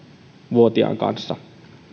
vuotiaan kanssa